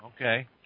Okay